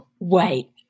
Wait